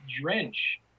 drench